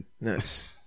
nice